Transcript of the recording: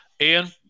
Ian